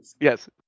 Yes